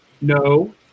No